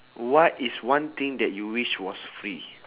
what is one thing that you wish was free